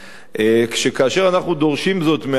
כאשר אנחנו דורשים זאת מעצמנו,